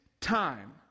time